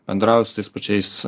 bendrauja su tais pačiais